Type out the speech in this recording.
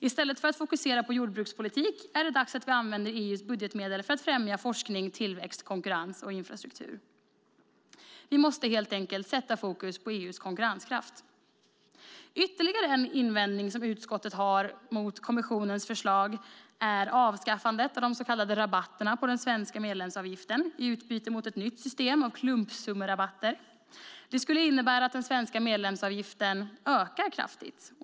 I stället för att fokusera på jordbrukspolitik är det dags att vi använder EU:s budgetmedel för att främja forskning, tillväxt, konkurrens och infrastruktur. Vi måste helt enkelt sätta fokus på EU:s konkurrenskraft. Ytterligare en invändning som utskottet har mot kommissionens förslag är avskaffandet av de så kallade rabatterna på den svenska medlemsavgiften i utbyte mot ett nytt system av klumpsummerabatter. Det skulle innebära att den svenska medlemsavgiften ökar kraftigt.